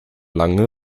langen